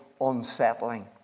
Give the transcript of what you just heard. unsettling